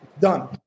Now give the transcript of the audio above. done